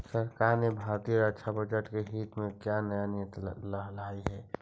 सरकार ने भारतीय रक्षा बजट के हित में का नया नियम लइलकइ हे